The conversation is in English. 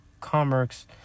commerce